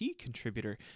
contributor